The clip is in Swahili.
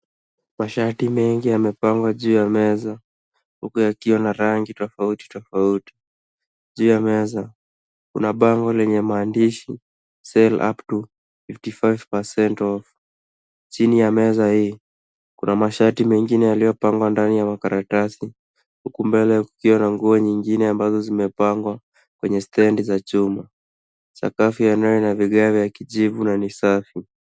Mashati mengi yamepangwa juu ya meza huku yakiwa na rangi tofauti tofauti. Juu ya meza kuna bango lenye maandishi sale upto 55 % off . Chini ya meza hii kuna mashati mengine yaliyopangwa ndani ya makaratasi huku mbele kukiwa na nguo nyingine ambazo zimepangwa kwenye stendi za chuma. Sakafu ya mbele ina vigae vya kijivu na ni safi.